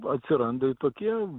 atsiranda ir tokie